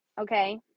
Okay